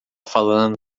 falando